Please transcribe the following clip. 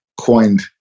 coined